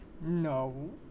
No